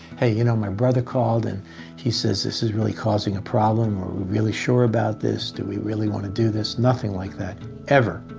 hey, you know, my brother called and he says, this is really causing a problem, are we really sure about this? do we really want to do this? nothing like that ever,